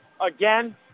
Again